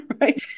right